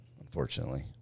unfortunately